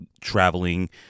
traveling